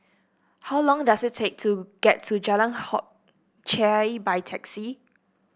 how long does it take to get to Jalan Hock Chye by taxi